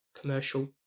commercial